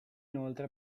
inoltre